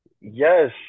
Yes